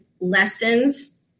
lessons